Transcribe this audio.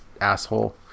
asshole